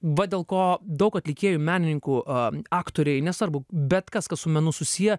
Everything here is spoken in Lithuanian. va dėl ko daug atlikėjų menininkų a aktoriai nesvarbu bet kas kas su menu susiję